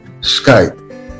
Skype